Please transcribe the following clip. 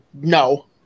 no